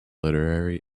literary